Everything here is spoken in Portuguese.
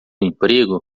emprego